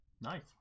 Nice